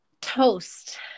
toast